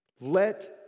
Let